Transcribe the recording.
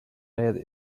lady